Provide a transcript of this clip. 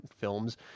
films